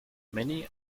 many